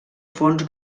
fons